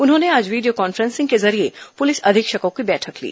उन्होंने आज video conferencing के जरिये पुलिस अधीक्षकों की बैठक ली